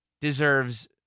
deserves